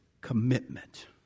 commitment